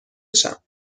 بشم